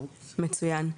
מצוין.